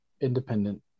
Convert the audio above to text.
independent